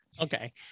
Okay